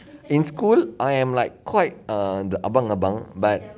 in school I am like quite err the abang-abang but